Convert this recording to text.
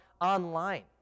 online